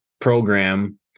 program